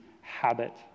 habit